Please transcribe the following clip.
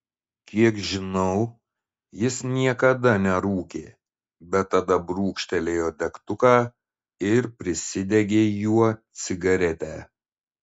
kiek žinau jis niekada nerūkė bet tada brūkštelėjo degtuką ir prisidegė juo cigaretę